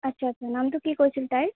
আছে আছে নামটো কি কৈছিল তাইৰ